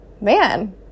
man